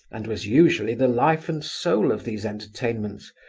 and was usually the life and soul of these entertainments,